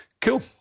Cool